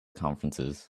conferences